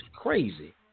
crazy